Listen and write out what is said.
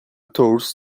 tours